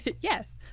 yes